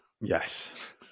Yes